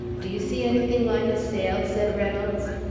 do you see anything like a sail? said reynolds.